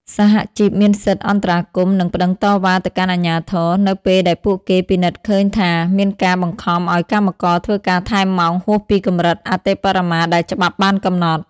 សហជីពមានសិទ្ធិអន្តរាគមន៍ និងប្តឹងតវ៉ាទៅកាន់អាជ្ញាធរ នៅពេលដែលពួកគេពិនិត្យឃើញថាមានការបង្ខំឱ្យកម្មករធ្វើការថែមម៉ោងហួសពីកម្រិតអតិបរមាដែលច្បាប់បានកំណត់។